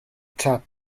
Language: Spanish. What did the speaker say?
chad